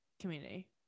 community